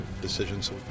decisions